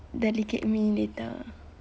delegate me later